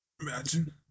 Imagine